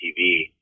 tv